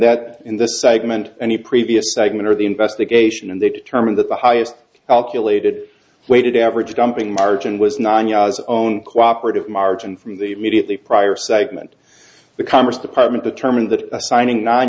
that in this segment any previous segment of the investigation and they determined that the highest calculated weighted average jumping margin was nine ya's own cooperative margin from the immediately prior segment the commerce department determined that assigning n